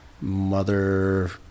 mother